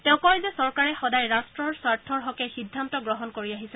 তেওঁ কয় যে চৰকাৰে সদায় ৰাট্টৰ স্বাৰ্থৰ হকে সিদ্ধান্ত গ্ৰহণ কৰি আহিছে